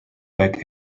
back